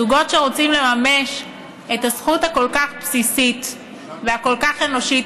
זוגות שרוצים לממש את הזכות הכל-כך בסיסית והכל-כך אנושית